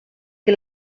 que